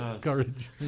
Courage